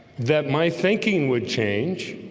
that my thinking would change